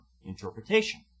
interpretation